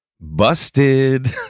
Busted